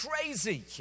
crazy